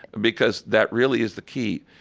because that really is the key.